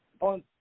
on